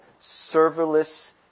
serverless